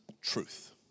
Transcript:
truth